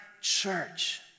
church